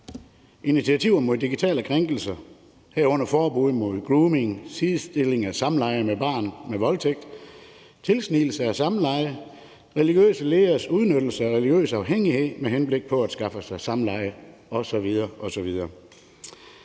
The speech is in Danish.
bekæmpelsen af digitale krænkelser, herunder forbud mod grooming, sidestilling af samleje med barn med voldtægt, tilsnigelse af samleje og religiøse lederes udnyttelse af religiøs afhængighed med henblik på at skaffe sig samleje. Disse